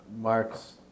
mark's